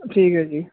ਠੀਕ ਹੈ ਜੀ